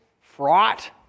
fraught